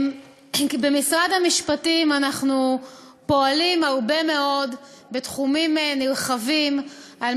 במשרד המשפטים אנחנו פועלים הרבה מאוד בתחומים נרחבים על